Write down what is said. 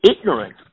ignorant